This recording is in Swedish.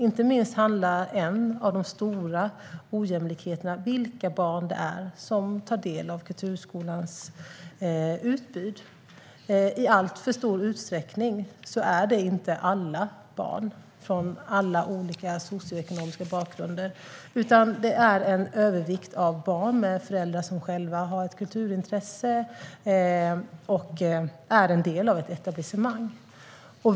Inte minst handlar en av de stora ojämlikheterna om vilka barn det är som tar del av kulturskolans utbud. I alltför stor utsträckning är det inte alla barn från alla olika socioekonomiska bakgrunder. Det är en övervikt av barn med föräldrar som själva har kulturintresse och är en del av ett etablissemang.